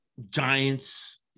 Giants